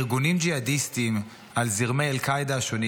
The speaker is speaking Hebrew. ארגונים ג'יהדיסטיים על זרמי אל-קעידה השונים